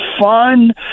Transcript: fun